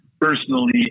personally